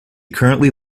currently